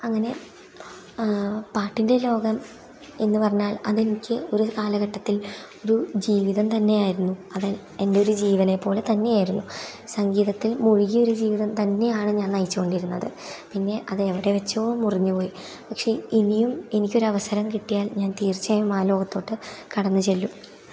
അങ്ങനെ പാട്ടിൻ്റെ ലോകം എന്നു പറഞ്ഞാൽ അതെനിക്ക് ഒരു കാലഘട്ടത്തിൽ ഒരു ജീവിതം തന്നെയായിരുന്നു അത് എൻ്റെ ഒരു ജീവനെപ്പോലെ തന്നെ ആയിരുന്നു സംഗീതത്തിൽ മുഴുകിയൊരു ജീവിതം തന്നെയാണ് ഞാൻ നയിച്ചു കൊണ്ടിരുന്നത് പിന്നെ അത് എവിടെ വെച്ചോ മുറിഞ്ഞു പോയി പക്ഷേ ഇനിയും എനിക്കൊരവസരം കിട്ടിയാൽ ഞാൻ തീർച്ചയായും ആ ലോകത്തോട്ട് കടന്നു ചെല്ലും